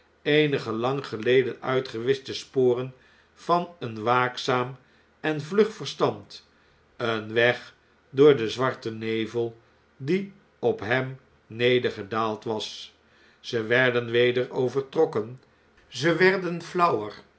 eenige lang geleden uitgewischte sporen van een waakzaam en vlug verstand een weg door den zwarten nevel die op hem nedergedaald was ze werden weder overtrokken zg werden flauwer